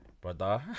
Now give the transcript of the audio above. brother